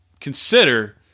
consider